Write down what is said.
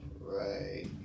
right